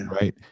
right